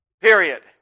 Period